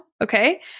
Okay